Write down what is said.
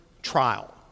trial